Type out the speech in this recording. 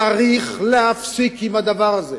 צריך להפסיק עם הדבר הזה.